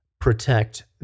protect